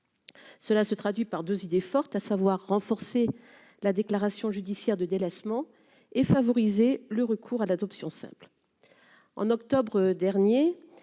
Cela se traduit par 2 idées fortes, à savoir renforcer la déclaration judiciaire de délassement et favoriser le recours à l'adoption simple en octobre dernier